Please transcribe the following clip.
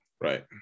right